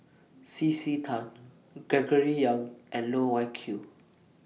C C Tan Gregory Yong and Loh Wai Kiew